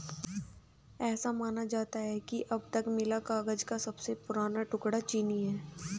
ऐसा माना जाता है कि अब तक मिला कागज का सबसे पुराना टुकड़ा चीनी है